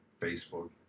Facebook